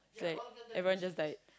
so like everyone just died